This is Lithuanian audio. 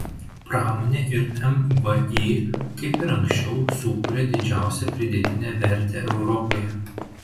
pramonė ir mvį kaip ir anksčiau sukuria didžiausią pridėtinę vertę europoje